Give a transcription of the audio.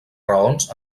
raons